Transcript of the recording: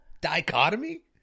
Dichotomy